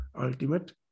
ultimate